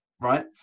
Right